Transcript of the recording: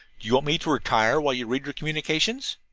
you want me to retire while you read your communications?